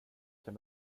kan